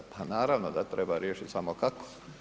Pa naravno da treba riješiti, samo kako?